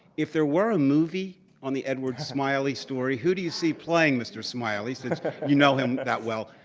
if there were a movie on the edward smiley story, who do you see playing mr. smiley since you know him that well?